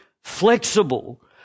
flexible